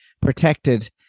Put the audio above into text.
protected